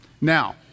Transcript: Now